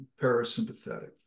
parasympathetic